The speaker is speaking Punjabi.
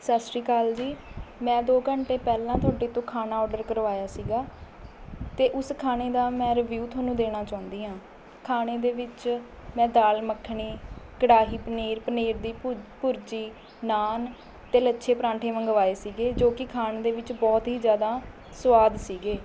ਸਤਿ ਸ਼੍ਰੀ ਅਕਾਲ ਜੀ ਮੈਂ ਦੋ ਘੰਟੇ ਪਹਿਲਾਂ ਤੁਹਾਡੇ ਤੋਂ ਖਾਣਾ ਔਡਰ ਕਰਵਾਇਆ ਸੀਗਾ ਅਤੇ ਉਸ ਖਾਣੇ ਦਾ ਮੈਂ ਰਿਵਿਊ ਤੁਹਾਨੂੰ ਦੇਣਾ ਚਾਹੁੰਦੀ ਹਾਂ ਖਾਣੇ ਦੇ ਵਿੱਚ ਮੈਂ ਦਾਲ਼ ਮੱਖਣੀ ਕੜਾਹੀ ਪਨੀਰ ਪਨੀਰ ਦੀ ਭੁਰ ਭੁਰਜੀ ਨਾਨ ਅਤੇ ਲੱਛੇ ਪਰਾਂਠੇ ਮੰਗਵਾਏ ਸੀਗੇ ਜੋ ਕਿ ਖਾਣ ਦੇ ਵਿੱਚ ਬਹੁਤ ਹੀ ਜਿਆਦਾ ਸਵਾਦ ਸੀਗੇ